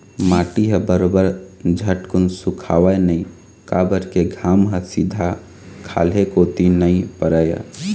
माटी ह बरोबर झटकुन सुखावय नइ काबर के घाम ह सीधा खाल्हे कोती नइ परय